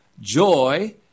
joy